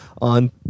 on